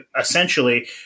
essentially